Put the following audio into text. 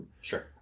Sure